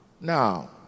now